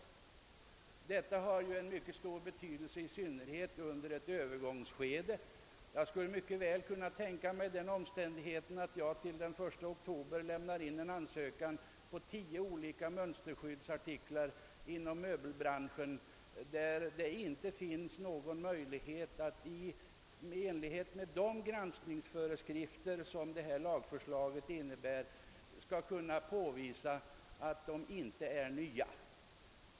Detta har en mycket stor betydelse i synnerhet under ett övergångsskede. Jag skulle mycket väl kunna tänka mig att jag till 1 oktober lämnar in ansökningar på tio olika mönsterskyddsartiklar inom <:möbelbranschen, där det inte finns någon möjlighet att i enlighet med de granskningsföreskrifter som detta lagförslag innebär påvisa att dessa inte är nya.